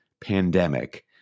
pandemic